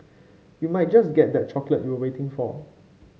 you might just get that chocolate you were waiting for